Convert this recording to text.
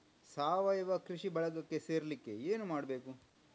ಸಾವಯವ ಕೃಷಿ ಬಳಗಕ್ಕೆ ಸೇರ್ಲಿಕ್ಕೆ ಏನು ಮಾಡ್ಬೇಕು?